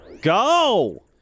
Go